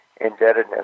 indebtedness